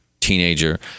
teenager